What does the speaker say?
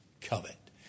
covet